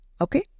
okay